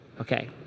Okay